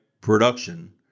production